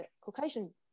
Caucasian